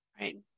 Right